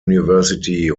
university